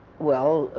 well,